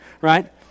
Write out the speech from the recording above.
right